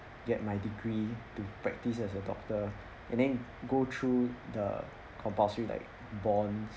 get my degree to practice as a doctor and then go through the compulsory like bonds